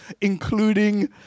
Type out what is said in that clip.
including